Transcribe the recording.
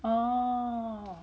oh